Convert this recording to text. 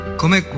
come